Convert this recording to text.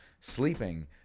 sleeping